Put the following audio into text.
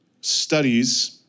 studies